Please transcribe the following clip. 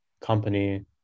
company